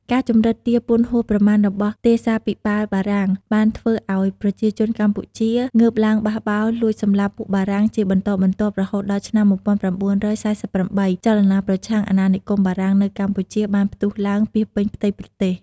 ការជំរិតទារពន្ធហួសប្រមាណរបស់ទេសាភិបាលបារាំង បានធ្វើឱ្យប្រជាជនកម្ពុជា ងើបឡើងបះបោរលួចសម្លាប់ពួកបារាំងជាបន្តបន្ទាប់ រហូតដល់ឆ្នាំ ១៩៤៨ ចលនាប្រឆាំងអណានិគមបារាំងនៅកម្ពុជា បានផ្ទុះឡើងពាសពេញផ្ទៃប្រទេស ។